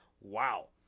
Wow